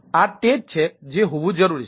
તેથી આ તે જ છે જે હોવું જરૂરી છે